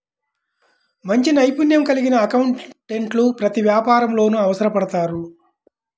మంచి నైపుణ్యం కలిగిన అకౌంటెంట్లు ప్రతి వ్యాపారంలోనూ అవసరపడతారు